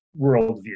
worldview